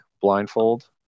blindfold